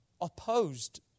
opposed